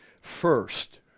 first